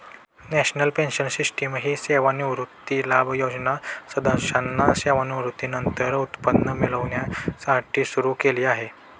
national pension system ही सेवानिवृत्ती लाभ योजना सदस्यांना सेवानिवृत्तीनंतर उत्पन्न मिळण्यासाठी सुरू केली आहे